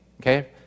okay